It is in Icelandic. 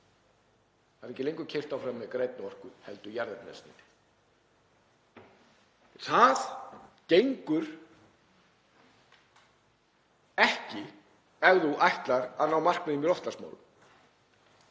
— eru ekki lengur keyrðar áfram með grænni orku heldur með jarðefnaeldsneyti. Það gengur ekki ef þú ætlar að ná markmiðum í loftslagsmálum.